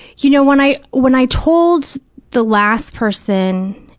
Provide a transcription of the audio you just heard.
you know, when i when i told the last person